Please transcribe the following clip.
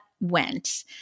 went